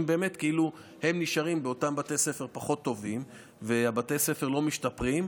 אם באמת הם נשארים באותם בתי ספר פחות טובים ובתי הספר לא משתפרים,